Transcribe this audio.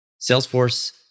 Salesforce